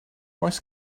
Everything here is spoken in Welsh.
oes